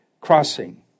crossing